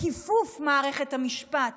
לכיפוף מערכת המשפט